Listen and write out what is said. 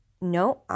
no